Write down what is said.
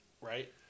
Right